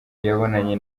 yabonanye